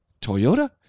Toyota